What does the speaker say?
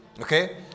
Okay